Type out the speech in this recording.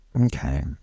okay